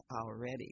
already